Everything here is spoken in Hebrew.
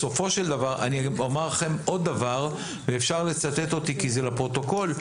אני אומר לכם עוד דבר ואפשר לצטט אותי כי זה לפרוטוקול.